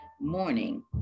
morning